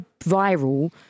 viral